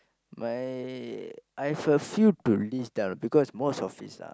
my I've a few to list down because most of it's are